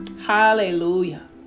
Hallelujah